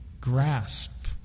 grasp